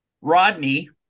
Rodney